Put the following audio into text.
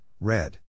Red